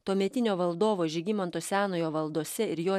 tuometinio valdovo žygimanto senojo valdose ir jo